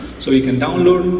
so you can download,